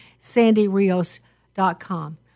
SandyRios.com